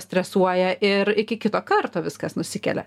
stresuoja ir iki kito karto viskas nusikelia